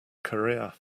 career